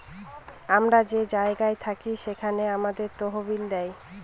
আমরা যে জায়গায় থাকি সেখানে আমাদের তহবিল দেয়